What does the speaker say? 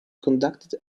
conducted